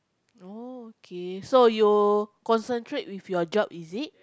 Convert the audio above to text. oh okay so you concentrate with your job is it